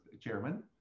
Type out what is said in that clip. chairman